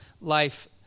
life